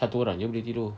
satu orang jer boleh tidur